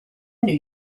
new